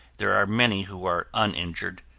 there are many who are uninjured.